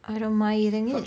I don't eating it